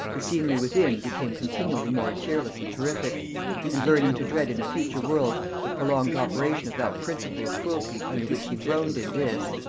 the scenery within became continually more cheerless and terrific and learning to dread in a future world the prolonged operation of that principle of cruelty under which he groaned in this,